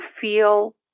feel